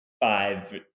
five